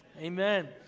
Amen